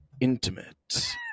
intimate